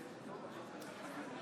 נמנעים.